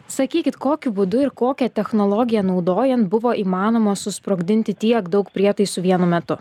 sakykit kokiu būdu ir kokią technologiją naudojant buvo įmanoma susprogdinti tiek daug prietaisų vienu metu